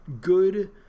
good